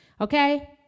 Okay